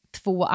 två